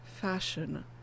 fashion